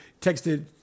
texted